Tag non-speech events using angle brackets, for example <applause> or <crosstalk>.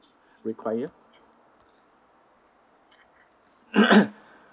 require <coughs>